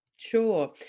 Sure